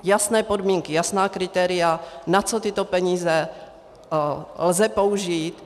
Jasné podmínky, jasná kritéria, na co tyto peníze lze použít.